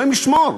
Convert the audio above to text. אלוהים ישמור.